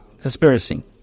conspiracy